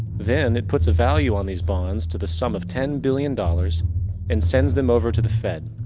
then it puts a value on these bonds to the sum of ten billion dollars and sends them over to the fed.